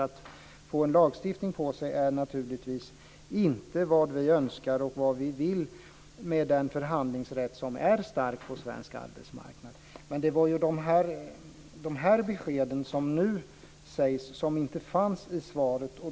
Att få en lagstiftning på sig är naturligtvis inte vad vi önskar och vad vi vill med den förhandlingsrätt som är stark på svensk arbetsmarknad. Det var de här beskeden, som nu kommer, som inte fanns i svaret.